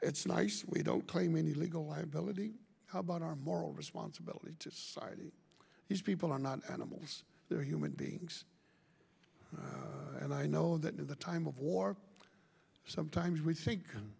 it's nice we don't claim any legal liability how about our moral responsibility to society these people are not animals they're human beings and i know that in the time of war sometimes we think